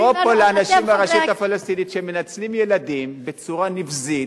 לקרוא פה לאנשים ברשות הפלסטינית שמנצלים ילדים בצורה נבזית,